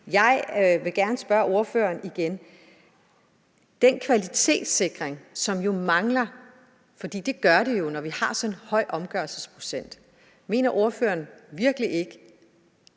Jeg vil gerne spørge ordføreren igen om den kvalitetssikring, som mangler. Det gør den jo, når vi har sådan en høj omgørelsesprocent. Mener ordføreren virkelig ikke,